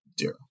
Zero